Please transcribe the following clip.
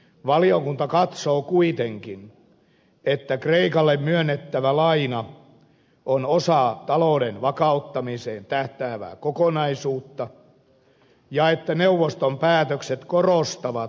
valiokunta katsoo kuitenkin että kreikalle myönnettävä laina on osa talouden vakauttamiseen tähtäävää kokonaisuutta ja että neuvoston päätökset korostavat lisätalousarviotoimien välttämättömyyttä